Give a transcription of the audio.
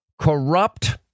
corrupt